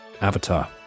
Avatar